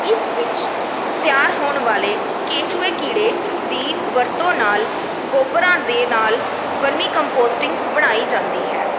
ਇਸ ਵਿੱਚ ਤਿਆਰ ਹੋਣ ਵਾਲੇ ਕੇਚੂਏ ਕੀੜੇ ਦੀ ਵਰਤੋਂ ਨਾਲ ਗੋਬਰਾਂ ਦੇ ਨਾਲ ਵਰਮੀ ਕੰਪੋਸਟਿੰਗ ਬਣਾਈ ਜਾਂਦੀ ਹੈ